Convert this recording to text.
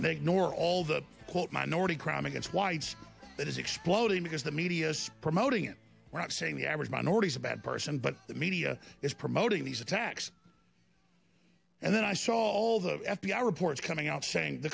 make nor all the quote minority crime against whites that is exploding because the media's promoting it we're not saying the average minorities a bad person but the media is promoting these attacks and then i saw all the f b i reports coming out saying the